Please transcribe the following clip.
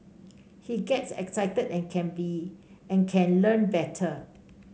he gets excited and can be and can learn better